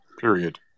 period